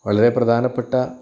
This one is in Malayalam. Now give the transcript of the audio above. വളരെ പ്രധാനപ്പെട്ട